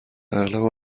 اغلب